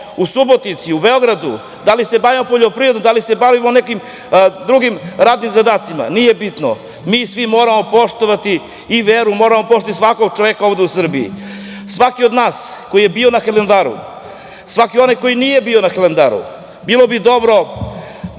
u Subotici, u Beogradu, da li se bavimo poljoprivredom, da li se bavimo nekim drugim radnim zadacima, nije bitno, mi svi moramo poštovati i veru, moramo poštovati svakog čoveka ovde u Srbiji. Svako od nas ko je bio na Hilandaru, svaki onaj koji nije bio na Hilandaru, bilo bi dobro